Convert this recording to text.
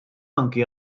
anki